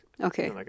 Okay